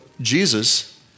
Jesus